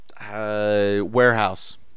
warehouse